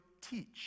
teach